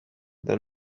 than